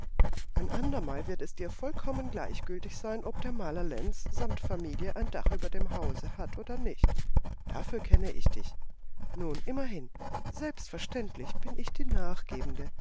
ein andermal wird es dir vollkommen gleichgültig sein ob der herr maler lenz samt familie ein dach über dem hause hat oder nicht dafür kenne ich dich nun immerhin selbstverständlich bin ich die nachgebende